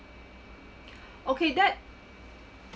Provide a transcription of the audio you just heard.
okay that